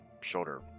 shoulder